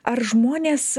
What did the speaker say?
ar žmonės